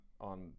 on